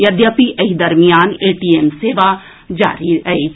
यद्यपि एहि दरमियान एटीएम सेवा जारी अछि